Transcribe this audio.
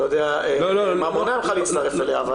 אני לא יודע אם מונע ממך להצטרף אליה.